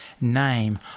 name